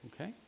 Okay